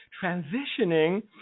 transitioning